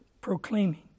proclaiming